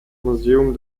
museum